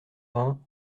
vingt